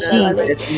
Jesus